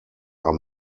are